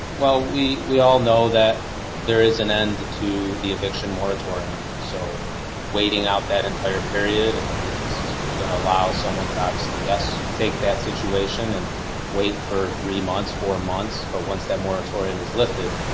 well, we we all know that there is an end to the eviction moratorium. so waiting out that entire period is going to allow someone to obviously take that situation and wait for three months, four months. but once that moratorium is lifted,